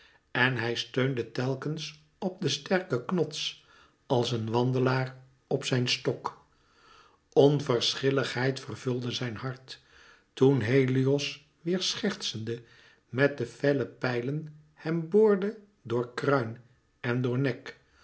en hij steunde telkens op den sterken knots als een wandelaar op zijn stok onverschilligheid vervulde zijn hart toen helios weêr schertsende met de felle pijlen hem boorde door kruin en door nek